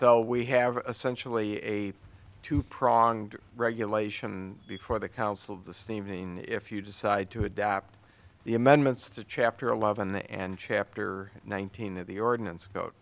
so we have essentially a two pronged regulation before the council of the same thing if you decide to adapt the amendments to chapter eleven and chapter nineteen of the ordinance code